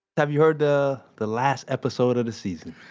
have you heard the the last episode of the season?